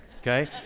okay